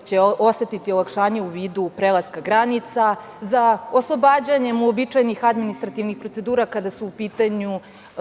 takođe osetiti olakšanje u vidu prelaska granica, za oslobađanjem uobičajenih administrativnih procedura kada su u pitanju